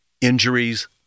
injuries